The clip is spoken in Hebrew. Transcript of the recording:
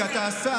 כי אתה השר,